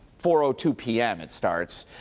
four ah two p m, it starts.